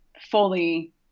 fully